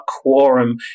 quorum